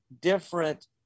different